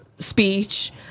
Speech